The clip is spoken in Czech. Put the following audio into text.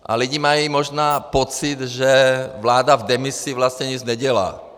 A lidi mají možná pocit, že vláda v demisi vlastně nic nedělá.